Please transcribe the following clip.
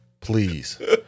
Please